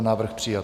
Návrh přijat.